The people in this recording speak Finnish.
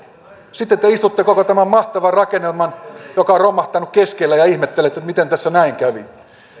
sitten te istutte koko tämän mahtavan rakennelman keskellä joka on romahtanut ja ihmettelette miten tässä näin kävi